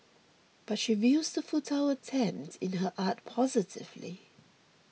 but she views the futile attempt in her art positively